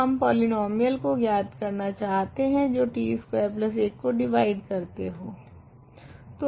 तो हम पॉलीनोमीयलस को ज्ञात करना चाहते है जो t स्कवेर 1 को डिवाइड करते हो